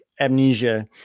amnesia